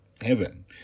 heaven